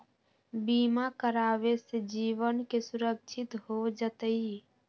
बीमा करावे से जीवन के सुरक्षित हो जतई?